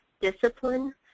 discipline